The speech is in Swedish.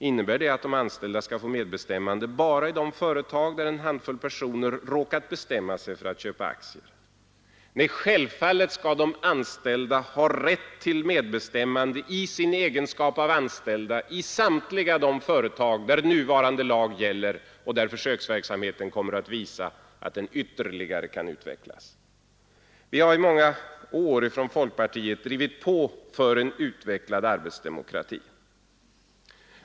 Innebär det att Nr 98 de anställda skall få medbestämmande bara i de företag där en handfull Torsdagen den personer råkar bestämma sig för att köpa aktier? Nej, självfallet skall de 24 maj 1973 anställda ha rätt till medbestämmande i sin egenskap av anställda i samtliga de företag där nuvarande lag gäller och där försöksverksamheten = Allmänna pensionskommer att visa att den kan utvecklas ytterligare. Vi har i många år från fondens förvaltning, m.m. folkpartiet drivit på för en utvecklad arbetsdemokrati.